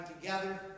together